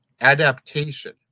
adaptation